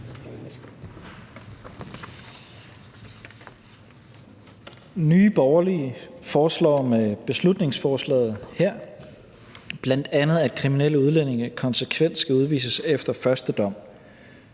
Nye Borgerlige foreslår med beslutningsforslaget her bl.a., at kriminelle udlændinge konsekvent skal udvises efter første dom.